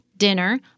Dinner